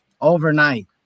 overnight